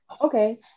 okay